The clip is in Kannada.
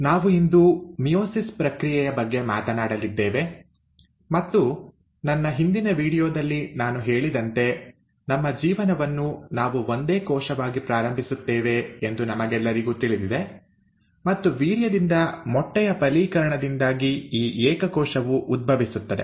ನಾವು ಇಂದು ಮಿಯೋಸಿಸ್ ಪ್ರಕ್ರಿಯೆಯ ಬಗ್ಗೆ ಮಾತನಾಡಲಿದ್ದೇವೆ ಮತ್ತು ನನ್ನ ಹಿಂದಿನ ವೀಡಿಯೋದಲ್ಲಿ ನಾನು ಹೇಳಿದಂತೆ ನಮ್ಮ ಜೀವನವನ್ನು ನಾವು ಒಂದೇ ಕೋಶವಾಗಿ ಪ್ರಾರಂಭಿಸುತ್ತೇವೆ ಎಂದು ನಮಗೆಲ್ಲರಿಗೂ ತಿಳಿದಿದೆ ಮತ್ತು ವೀರ್ಯದಿಂದ ಮೊಟ್ಟೆಯ ಫಲೀಕರಣದಿಂದಾಗಿ ಈ ಏಕ ಕೋಶವು ಉದ್ಭವಿಸುತ್ತದೆ